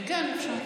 כן, אפשר,